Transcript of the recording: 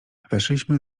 weszliśmy